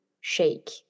shake